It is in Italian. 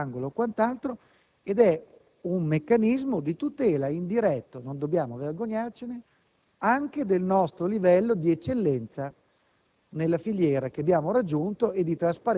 sappiamo tutti cosa c'è dietro l'angolo) ed è altresì un meccanismo di tutela indiretta - non dobbiamo vergognarcene - anche del nostro livello di eccellenza